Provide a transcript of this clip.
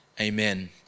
amen